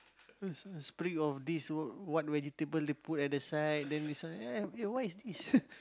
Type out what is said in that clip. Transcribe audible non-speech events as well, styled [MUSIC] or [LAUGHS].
a a of this what what vegetable they put at the side then this one eh eh what is this [LAUGHS]